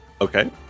Okay